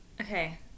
okay